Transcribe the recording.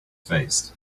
faced